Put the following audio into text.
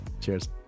Cheers